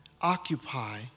occupy